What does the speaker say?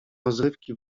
rozrywki